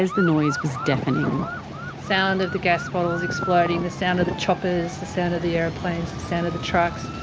the noise was deafening. the sound of the gas bottles exploding the sound of the choppers the sound of the aeroplanes the sound of the trucks.